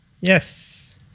yes